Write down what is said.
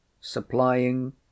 supplying